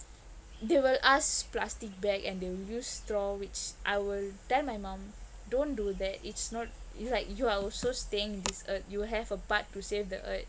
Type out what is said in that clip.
they will ask plastic bag and they use straw which I will tell my mom don't do that it's not it's like you are also staying this earth you will have a part to save the earth